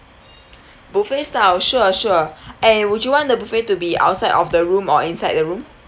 buffet style sure sure and would you want the buffet to be outside of the room or inside the room